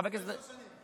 עשר שנים.